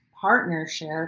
partnership